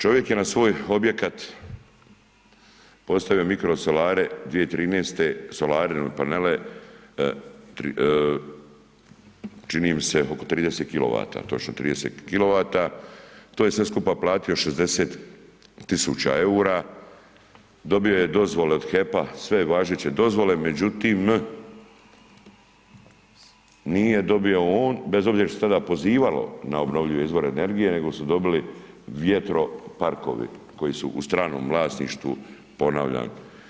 Čovjek je na svoj objekat postavio mikrosolare 2013., solarine panele, čini mi se oko 30 kW, točno 30 kW, to je sve skupa platio 60 000 eura, dobio je dozvole od HEP-a, sve važeće dozvole međutim nije dobio on bez obzora šta se tada pozivalo na obnovljive izvore energije nego su dobili vjetroparkovi koji su u stranom vlasništvu, ponavljam.